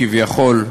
כביכול,